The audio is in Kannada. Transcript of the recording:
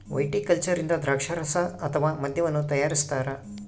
ವೈಟಿಕಲ್ಚರ್ ಇಂದ ದ್ರಾಕ್ಷಾರಸ ಅಥವಾ ಮದ್ಯವನ್ನು ತಯಾರಿಸ್ತಾರ